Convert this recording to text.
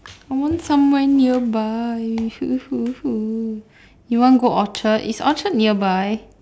I want somewhere nearby you want go orchard is orchard nearby